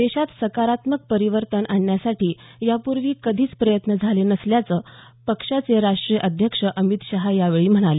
देशात सकारात्मक परिवर्तन आणण्यासाठी यापूर्वी कधीच प्रयत्न झाले नसल्याचं पक्षाचे राष्ट्रीय अध्यक्ष अमित शहा यावेळी म्हणाले